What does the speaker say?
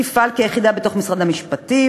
תפעל כיחידה בתוך משרד המשפטים.